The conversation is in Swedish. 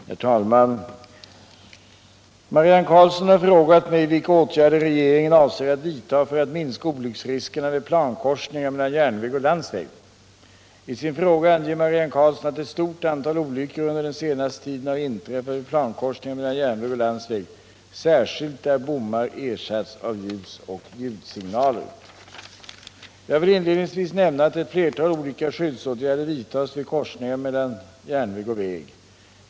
Herr talman! Marianne Karlsson har frågat mig vilka åtgärder regeringen avser att vidta för att minska olycksriskerna vid plankorsningar mellan järnväg och landsväg. I sin fråga anger Marianne Karlsson att ett stort antal olyckor under den senaste tiden har inträffat vid plankorsningar mellan järnväg och landsväg, särskilt där bommar ersatts av ljusoch ljudsignaler. Jag vill inledningsvis nämna att ett flertal olika skyddsåtgärder vidtas vid korsningar mellan järnväg och väg.